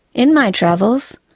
in my travels,